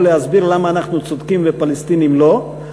להסביר למה אנחנו צודקים והפלסטינים לא,